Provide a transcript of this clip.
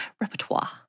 repertoire